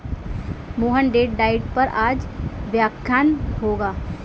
Mohan Date diet पर आज व्याख्यान होगा